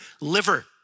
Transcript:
liver